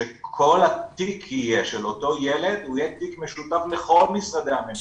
שכל התיק של אותו ילד יהיה תיק משותף לכל משרדי הממשלה,